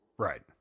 Right